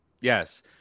Yes